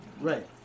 Right